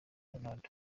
ronaldo